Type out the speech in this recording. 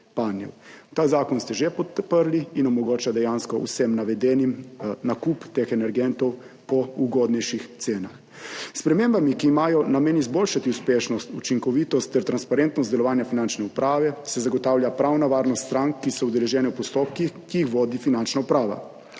Ta zakon ste že podprli in dejansko omogoča vsem navedenim nakup teh energentov po ugodnejših cenah. S spremembami, ki imajo namen izboljšati uspešnost, učinkovitost ter transparentnost delovanja Finančne uprave, se zagotavlja pravna varnost strank, ki so udeležene v postopkih, ki jih vodi Finančna uprava.